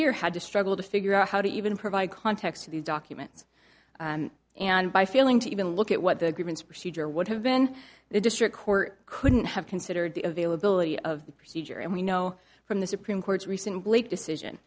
here had to struggle to figure out how to even provide context to these documents and by failing to even look at what the grievance procedure would have been the district court couldn't have considered the availability of the procedure and we know from the supreme court's recent decision